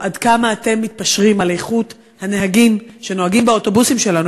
עד כמה אתם מתפשרים על איכות הנהגים שנוהגים באוטובוסים שלנו,